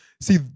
See